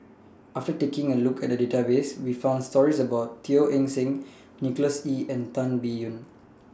after taking A Look At The Database We found stories about Teo Eng Seng Nicholas Ee and Tan Biyun